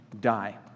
die